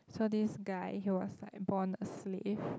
so this guy he was like born a slave